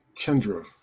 Kendra